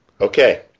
Okay